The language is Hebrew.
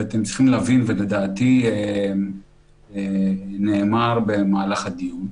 ואתם צריכים להבין, ולדעתי זה נאמר במהלך הדיון.